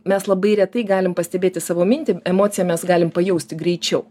mes labai retai galim pastebėti savo mintį emociją mes galim pajausti greičiau